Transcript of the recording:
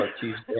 Tuesday